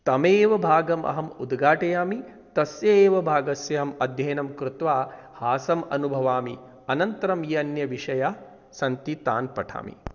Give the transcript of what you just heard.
तमेव भागम् अहम् उद्घाटयामि तस्य एव भागस्य अहम् अध्ययनं कृत्वा हासम् अनुभवामि अनन्तरं ये अन्यविषयाः सन्ति तान् पठामि